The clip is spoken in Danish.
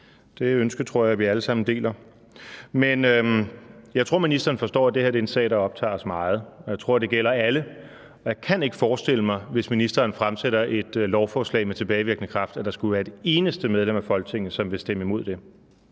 det ønske tror jeg vi alle sammen deler. Men jeg tror, at ministeren forstår, at det her er en sag, der optager os meget, og jeg tror, det gælder alle. Jeg kan ikke forestille mig, at der, hvis ministeren fremsætter et lovforslag med tilbagevirkende kraft, skulle være et eneste medlem af Folketinget, som ville stemme imod det.